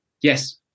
yes